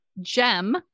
Gem